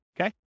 Okay